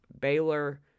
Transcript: Baylor